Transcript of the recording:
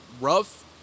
rough